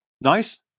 Nice